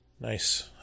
nice